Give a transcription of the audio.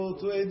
two